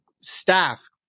staff